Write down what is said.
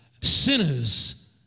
Sinners